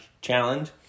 challenge